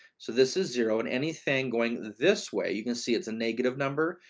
so this is zero and anything going this way, you can see it's a negative number,